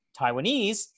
Taiwanese